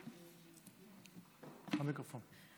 המיקרופון.